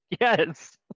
yes